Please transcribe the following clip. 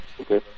Okay